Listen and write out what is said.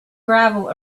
gravel